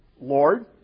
Lord